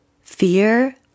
Fear